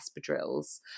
espadrilles